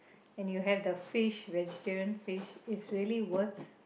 and you have the fish vegetarian fish it's really worth